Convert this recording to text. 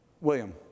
William